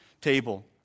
table